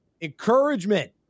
encouragement